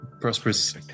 Prosperous